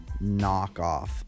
knockoff